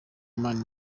mani